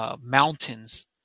mountains